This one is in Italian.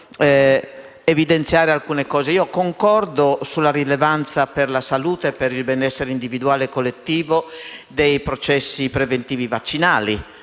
ma evidenziare alcuni punti. Concordo sulla rilevanza per la salute e il benessere individuale e collettivo dei processi preventivi vaccinali.